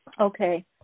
Okay